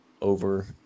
over